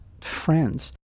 friends